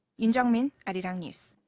yoon jung-min, arirang news.